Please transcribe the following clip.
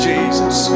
Jesus